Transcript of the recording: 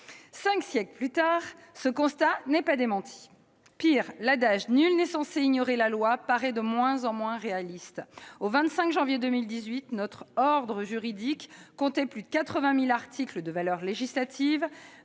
Cinq siècles plus tard, ce constat n'est pas démenti. Pis, l'adage « nul n'est censé ignorer la loi » paraît de moins en moins réaliste : au 25 janvier 2018, notre ordre juridique comptait plus de 80 000 articles de valeur législative,